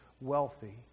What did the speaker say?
wealthy